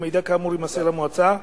ומידע כאמור יימסר למועצה,